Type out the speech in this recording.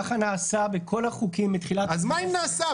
ככה נעשה בכל החוקים מתחילת ה --- אז מה אם נעשה?